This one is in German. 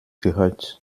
gehört